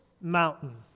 mountain